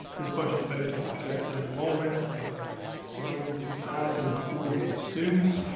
this budget's based on a projected enrollment of ninety two thousand and forty eight students,